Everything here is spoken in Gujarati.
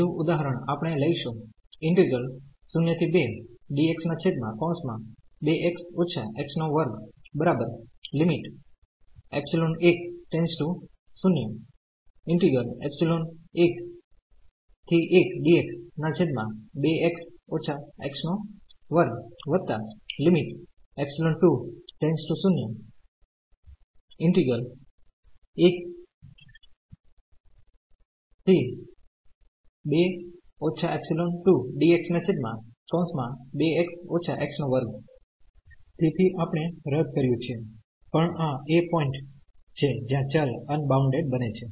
બીજું ઉદાહરણ આપણે લઈશું તેથી આપણે રદ કર્યુ છે પણ આ a પોઈન્ટ છે જ્યાં ચલ અનબાઉન્ડેડ બને છે